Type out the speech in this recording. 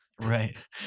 Right